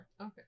Okay